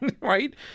Right